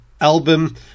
album